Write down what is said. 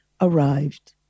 arrived